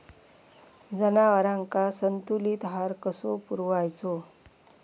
जनावरांका संतुलित आहार कसो पुरवायचो?